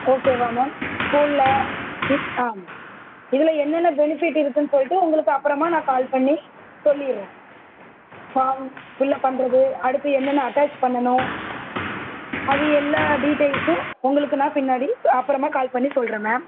ஓகேவா மேம் ஸ்கூலில் ஆமா இதில் என்னென்ன பெனிஃபிட் இருக்குதுன்னு சொல்லிட்டு உங்களுக்கு அப்புறமா நான் கால் பண்ணி சொல்லிடுறேன் ஃபார்ம் ஃபில்லப் பண்ணுறது அடுத்து என்னென்ன அட்டாச் பண்ணணும் அது எல்லா டீட்டைல்ஸும் உங்களுக்கு நான் பின்னாடி அப்புறமா கால் பண்ணி சொல்கிறேன் மேம்